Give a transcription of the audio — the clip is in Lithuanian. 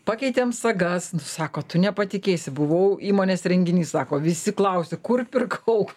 pakeitėm sagas nu sako tu nepatikėsi buvau įmonės renginy sako visi klausia kur pirkau